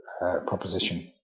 proposition